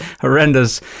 horrendous